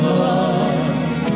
love